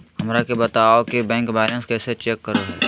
हमरा के बताओ कि बैंक बैलेंस कैसे चेक करो है?